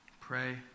Pray